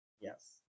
Yes